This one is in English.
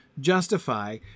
justify